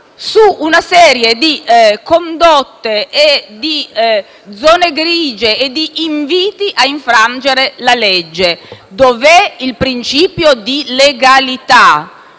su una serie di condotte, zone grigie e inviti a infrangere la legge. Dove è il principio di legalità?